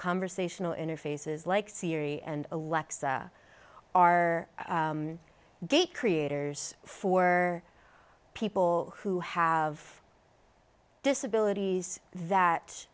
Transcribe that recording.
conversational interfaces like siri and alexa are gay creators for people who have disabilities that